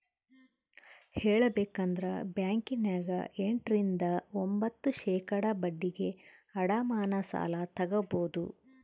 ಹೇಳಬೇಕಂದ್ರ ಬ್ಯಾಂಕಿನ್ಯಗ ಎಂಟ ರಿಂದ ಒಂಭತ್ತು ಶೇಖಡಾ ಬಡ್ಡಿಗೆ ಅಡಮಾನ ಸಾಲ ತಗಬೊದು